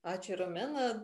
ačiū romena